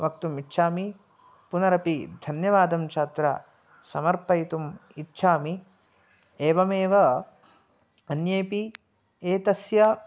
वक्तुम् इच्छामि पुनरपि धन्यवादं च अत्र समर्पयितुम् इच्छामि एवमेव अन्येऽपि एतस्य